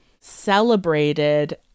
celebrated